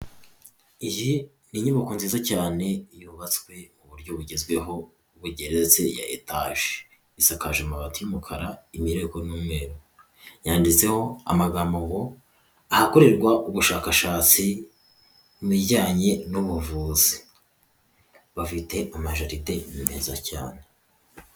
Iyi ni inyubako nziza cyane yubatswe mu buryo bugezweho bugereza ya etaje, isakaje amabati y'umukara imireko ni umweru. Yanditseho amagambo ngo, ahakorerwa ubushakashatsi mu bijyanye n'ubuvuzi. Bafite amajaride meza cyane.